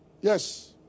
Yes